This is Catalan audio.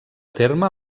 terme